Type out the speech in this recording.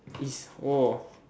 is !woah!